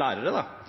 kommer – da